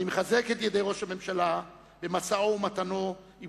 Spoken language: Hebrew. אני מחזק את ידי ראש הממשלה במשאו ומתנו עם